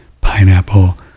pineapple